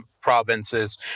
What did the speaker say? provinces